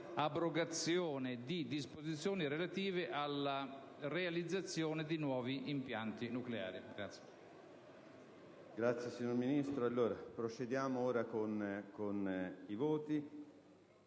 «abrogazione di disposizioni relative alla realizzazione di nuovi impianti nucleari».